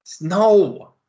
no